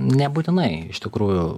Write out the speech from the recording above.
nebūtinai iš tikrųjų